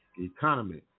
economy